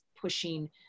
pushing